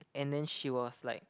and then she was like